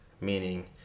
meaning